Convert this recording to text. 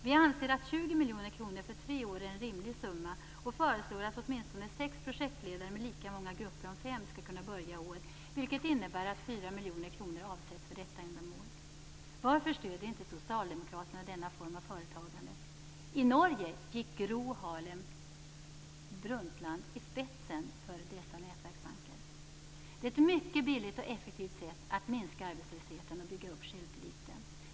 Vi anser att 20 miljoner kronor för tre år är en rimlig summa och föreslår att åtminstone sex projektledare med lika många grupper om fem skall kunna börja i år, vilket innebär att 4 miljoner kronor avsätts för detta ändamål. Varför stöder inte socialdemokraterna denna form av företagande? I Norge gick Gro Harlem Brundtland i spetsen för dessa nätverksbanker. Det är ett mycket billigt och effektivt sätt att minska arbetslösheten och bygga upp självtilliten.